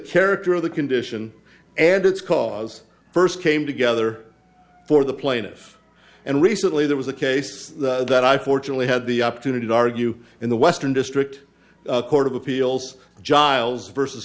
character of the condition and its cause first came together for the plaintiff and recently there was a case that i fortunately had the opportunity to argue in the western district court of appeals gyal versus